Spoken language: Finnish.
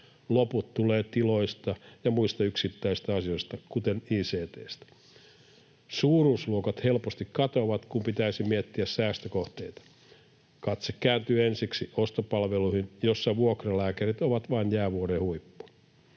Loput tulee tiloista ja muista yksittäistä asioista kuten ict:stä. Suuruusluokat helposti katoavat, kun pitäisi miettiä säästökohteita. Katse kääntyy ensiksi ostopalveluihin, jossa vuokralääkärit ovat vain jäävuoren huippu.